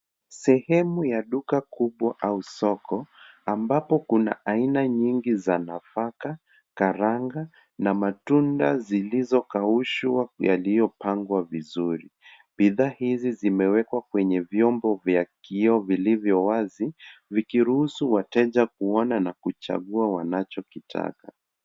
Sehemu ya duka kubwa au soko, ambapo kuna aina nyingi za nafaka, karanga na matunda zilizokaushwa yaliyopangwa vizuri. Bidhaa hizi zimewekwa kwenye vyombo vya kioo vilivyo wazi, vikiruhusu wateja kuona na kuchagua wanachokitaka.